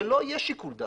שלא יהיה שיקול דעת.